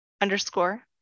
underscore